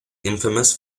infamous